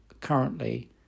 currently